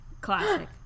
classic